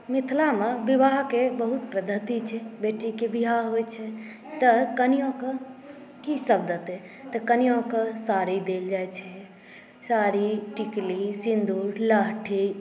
मिथिलामे विवाहके बहुत पद्धति छै बेटीके विवाह होइ छै तऽ कनिआके की सभ देतै तऽ कनिआके साड़ी देल जाइ छै साड़ी टिकली सिन्दुर लहठी